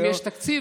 אם יש תקציב,